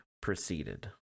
proceeded